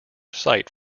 sight